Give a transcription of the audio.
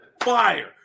fire